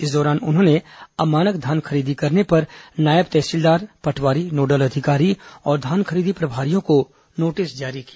इस दौरान उन्होंने अमानक धान खरीदी करने पर नायब तहसीलदार पटवारी नोडल अधिकारी और धान खरीदी प्रभारियों को नोटिस जारी किया